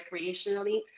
recreationally